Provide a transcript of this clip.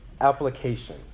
application